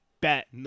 Bet